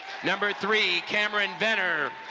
number three, kamryn venner.